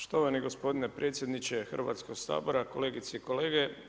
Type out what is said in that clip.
Štovani gospodine predsjedniče Hrvatskoga sabora, kolegice i kolege.